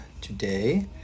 today